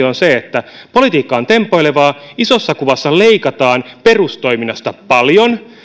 on siitä että politiikka on tempoilevaa isossa kuvassa leikataan perustoiminnasta paljon